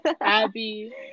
Abby